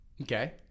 Okay